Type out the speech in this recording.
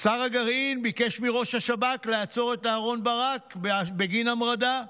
שר הגרעין ביקש מראש השב"כ לעצור את אהרן ברק בגין המרדה.